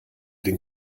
den